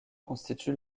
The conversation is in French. constitue